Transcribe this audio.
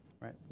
right